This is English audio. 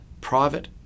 private